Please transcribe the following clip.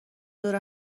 دور